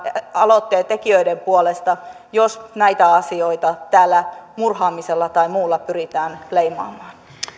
aloitteen tekijöiden puolesta jos näitä asioita täällä murhaamisella tai muulla pyritään leimaamaan